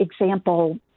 example